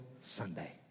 Sunday